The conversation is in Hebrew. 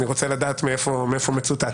אני רוצה לדעת מאיפה מצוטט.